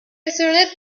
returned